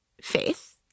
faith